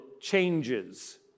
changes